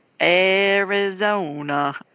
Arizona